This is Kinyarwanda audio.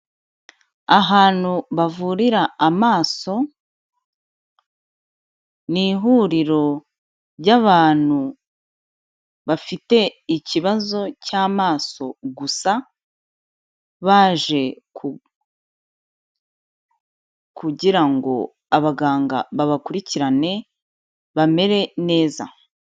Ahantu bavurira amaso, ni ihuriro ry'abantu bafite ikibazo cy'amaso gusa baje kugira ngo abaganga babakurikirane bamere neza.